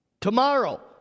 Tomorrow